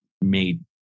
made